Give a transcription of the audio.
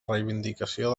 reivindicació